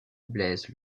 blaise